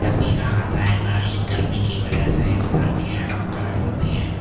پسینہ آتا ہے نہ ہی گرمی کی وجہ سے انسان کی حالت خراب ہوتی ہے